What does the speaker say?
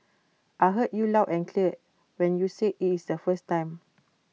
I heard you loud and clear when you said IT is the first time